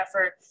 effort